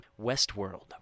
Westworld